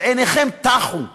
שעיניכם טחו.